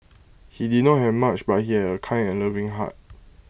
he did not have much but he had A kind and loving heart